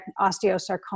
Osteosarcoma